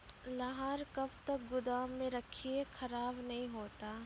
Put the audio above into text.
लहार कब तक गुदाम मे रखिए खराब नहीं होता?